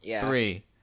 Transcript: Three